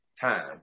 time